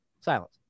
silence